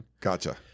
Gotcha